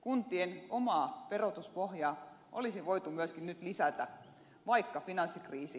kuntien omaa verotuspohjaa olisi voitu nyt myöskin lisätä vaikka finanssikriisi on olemassa